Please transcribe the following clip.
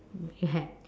you had